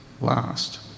last